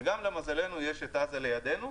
וגם למזלנו יש את עזה לידינו,